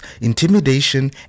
intimidation